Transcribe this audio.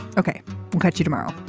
ok we'll catch you tomorrow